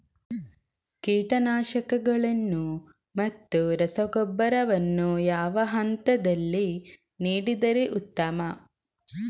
ಕೀಟನಾಶಕಗಳನ್ನು ಮತ್ತು ರಸಗೊಬ್ಬರವನ್ನು ಯಾವ ಹಂತದಲ್ಲಿ ನೀಡಿದರೆ ಉತ್ತಮ?